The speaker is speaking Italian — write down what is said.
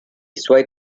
suoi